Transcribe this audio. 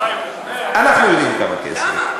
אנחנו יודעים כמה כסף.